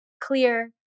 clear